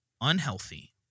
unhealthy